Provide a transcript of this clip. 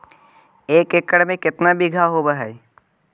एक एकड़ में केतना बिघा होब हइ?